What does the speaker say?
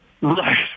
Right